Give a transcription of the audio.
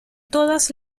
todas